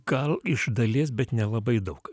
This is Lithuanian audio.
gal iš dalies bet nelabai daug